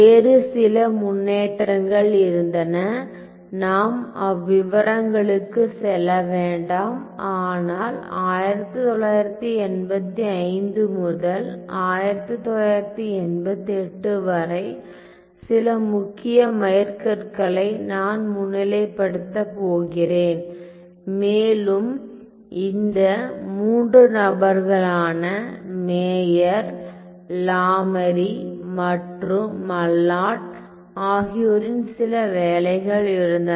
வேறு பல முன்னேற்றங்கள் இருந்தன நாம் அவ்விவரங்களுக்குச் செல்ல வேண்டாம் ஆனால் 1985 முதல் 1988 வரை சில முக்கிய மைல்கற்களை நான் முன்னிலைப்படுத்தப் போகிறேன் மேலும் இந்த மூன்று நபர்களான மேயர் லாமரி மற்றும் மல்லாட் ஆகியோரின் சில வேலைகள் இருந்தன